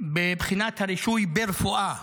בבחינת הרישוי ברפואה